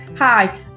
Hi